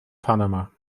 panama